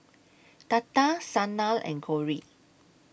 Tata Sanal and Gauri